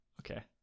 okay